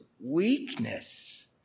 Weakness